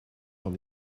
van